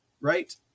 right